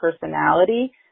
personality